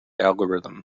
algorithm